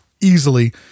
easily